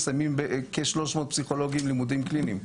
כ-300 פסיכולוגים מסיימים לימודים קליניים.